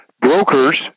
brokers